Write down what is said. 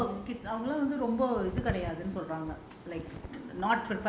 அவங்கள்ள வந்து ரொம்ப இதுகிடையாதுன்னு சொல்றாங்க:avangalla vanthu romba ithu kidaiyaathunnu solraanga